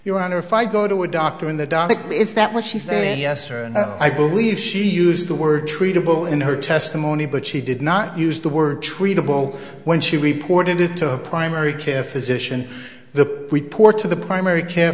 your honor if i go to a doctor in the dark is that what she's saying yes or no i believe she used the word treatable in her testimony but she did not use the word treatable when she reported it to her primary care physician the report to the primary care